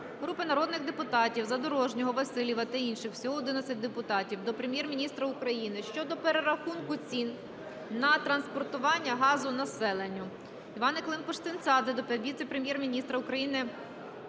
Групи народних депутатів (Задорожнього, Васильєва та інших. Всього 11 депутатів) до Прем'єр-міністра України щодо перерахунку цін на транспортування газу населенню. Іванни Климпуш-Цинцадзе до віце-прем'єр-міністра -